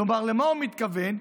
כלומר, למה הוא מתכוון?